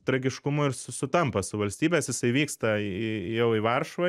tragiškumu ir sutampa su valstybės jisai vyksta jau į varšuvą